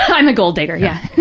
i'm a gold-digger, yeah.